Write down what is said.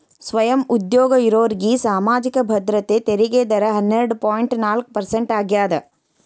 ಸ್ವಯಂ ಉದ್ಯೋಗ ಇರೋರ್ಗಿ ಸಾಮಾಜಿಕ ಭದ್ರತೆ ತೆರಿಗೆ ದರ ಹನ್ನೆರಡ್ ಪಾಯಿಂಟ್ ನಾಲ್ಕ್ ಪರ್ಸೆಂಟ್ ಆಗ್ಯಾದ